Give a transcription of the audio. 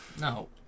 No